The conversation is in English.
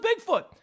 Bigfoot